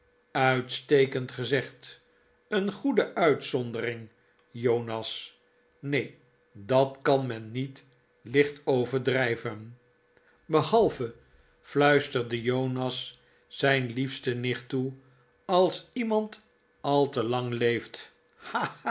uitstekend gezegd een goede uitzondering jonas neen dat kan men niet licht overdrijven behalve fluisterde jonas zijn liefste nicht toe als iemand al te lang leeft